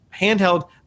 Handheld